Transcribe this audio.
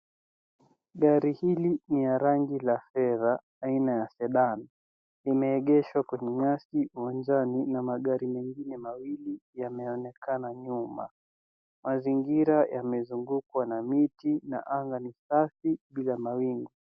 Gari hili ni la rangi ya fedha, aina ya sedan . Limeegeshwa kwenye nyasi uwanjani na magari mengine mawili yameonekana nyuma. Mazingira yamezungukwa na miti, na anga ni safi bila mawingu.